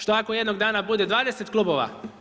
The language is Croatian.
Što ako jednog dana bude 20 klubova?